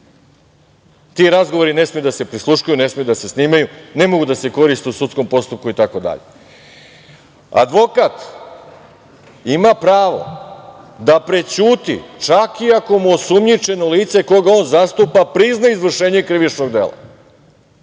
Ti razgovori ne smeju da se prisluškuju, ne smeju da se snimaju, ne mogu da se koriste u sudskom postupku itd. Advokat ima pravo da prećuti čak i ako mu osumnjičeno lice koga on zastupa prizna izvršenje krivičnog dela.